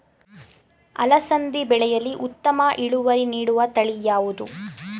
ಅಲಸಂದಿ ಬೆಳೆಯಲ್ಲಿ ಉತ್ತಮ ಇಳುವರಿ ನೀಡುವ ತಳಿ ಯಾವುದು?